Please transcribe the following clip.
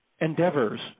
endeavors